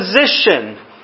position